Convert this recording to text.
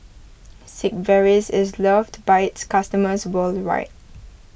Sigvaris is loved by its customers worldwide